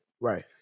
Right